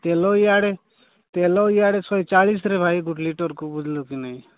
ତେଲ ଇଆଡ଼େ ତେଲ ଇୟାଡ଼େ ଶହେ ଚାଳିଶରେ ଭାଇ ଗୋଟେ ଲିଟର୍କୁ ବୁଝିଲୁ କି ନାଇଁ